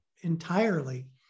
entirely